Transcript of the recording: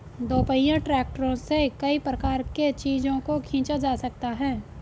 दोपहिया ट्रैक्टरों से कई प्रकार के चीजों को खींचा जा सकता है